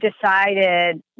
decided